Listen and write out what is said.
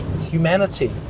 humanity